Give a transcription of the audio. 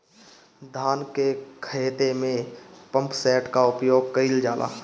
धान के ख़हेते में पम्पसेट का उपयोग कइल जाला?